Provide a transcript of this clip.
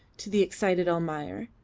to the excited almayer,